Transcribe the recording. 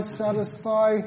satisfy